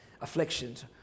afflictions